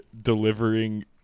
delivering